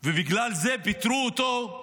היה נכשל ובגלל זה מפטרים אותו,